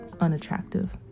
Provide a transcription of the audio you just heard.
unattractive